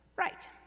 Right